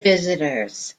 visitors